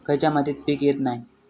खयच्या मातीत पीक येत नाय?